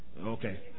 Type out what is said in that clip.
Okay